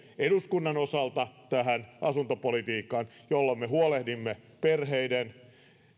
eduskunnan osalta asuntopolitiikkaan jolla me huolehdimme perheiden